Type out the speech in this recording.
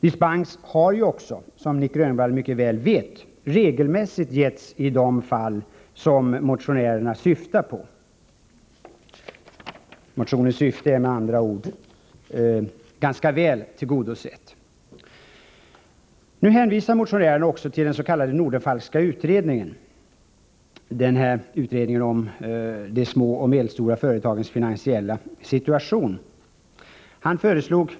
Dispens har ju också, som Nic Grönvall mycket väl vet, regelmässigt getts i sådana fall som motionärerna syftar på. Motionens syfte är således ganska väl tillgodosett. Motionärerna hänvisar till den s.k. Nordenfalkska utredningen om de små och medelstora företagens finansiella situation.